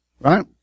Right